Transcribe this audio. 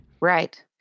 Right